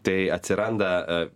tai atsiranda